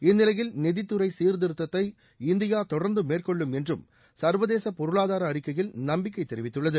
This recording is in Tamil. இந்நிலையில் நிதித்துறை சீர்திருத்தத்தை இந்தியா தொடர்ந்து மேற்கொள்ளும் என்றும் சர்வதேச பொருளாதார அறிக்கையில் நம்பிக்கை தெரிவித்துள்ளது